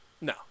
no